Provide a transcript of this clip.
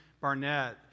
Barnett